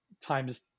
times